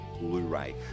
Blu-ray